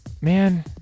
Man